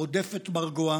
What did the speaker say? רודפת מרגוע,